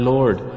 Lord